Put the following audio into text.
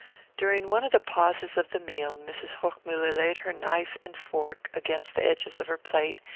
during one of the pauses of the meal mrs. hochmuller laid her knife and fork against the edges of her plate,